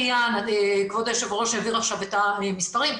כבוד היושב-ראש העביר עכשיו את המספרים,